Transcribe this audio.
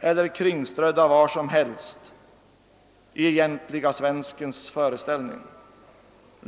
eller strödda var som helst i den egentliga svenskens föreställning.